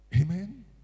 Amen